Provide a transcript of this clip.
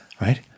right